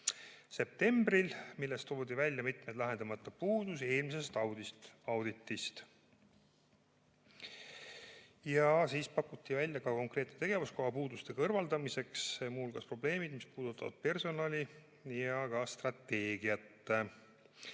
vahearuande, milles toodi välja mitmeid lahendamata puudusi eelmisest auditist. Siis pakuti välja ka konkreetne tegevuskava puuduste kõrvaldamiseks, muu hulgas probleemid, mis puudutavad personali ja ka strateegiat. Nendime,